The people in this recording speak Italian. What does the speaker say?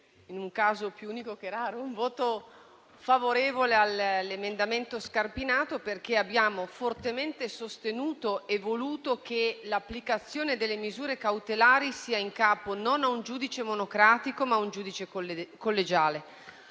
sia un caso più unico che raro - esprimeremo un voto favorevole all'emendamento Scarpinato, perché abbiamo fortemente sostenuto e voluto che l'applicazione delle misure cautelari sia in capo non a un giudice monocratico, ma a un giudice collegiale.